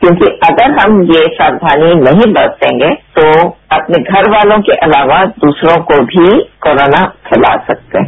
क्योंकि अगर हम ये सावधानी नहीं बरतेंगे तो अपने घरवालों के अलावा दूसरों को भी कोरोना फैंला सकते हैं